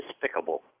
despicable